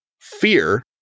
Fear